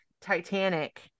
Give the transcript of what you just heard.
Titanic